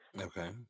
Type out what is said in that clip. Okay